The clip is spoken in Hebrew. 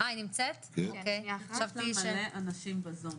יש מלא אנשים בזום.